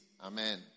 Amen